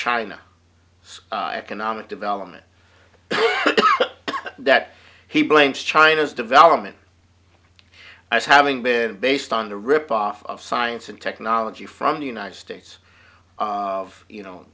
china economic development that he blames china's development as having been based on the rip off of science and technology from the united states of you know